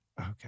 Okay